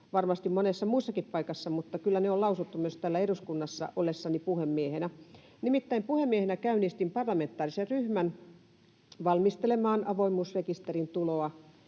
varmasti monessa muussakin paikassa, mutta kyllä ne on lausuttu myös täällä eduskunnassa ollessani puhemiehenä. Nimittäin puhemiehenä käynnistin parlamentaarisen ryhmän valmistelemaan avoimuusrekisterin tuloa